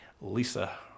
Lisa